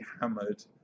hammered